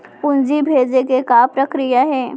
पूंजी भेजे के का प्रक्रिया हे?